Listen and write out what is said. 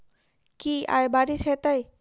की आय बारिश हेतै?